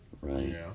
right